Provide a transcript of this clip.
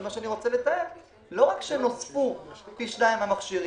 לא רק שנוספו פי 2 מכשירים,